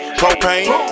propane